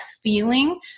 feeling